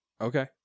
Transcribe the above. okay